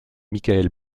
michael